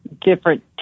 different